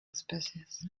especies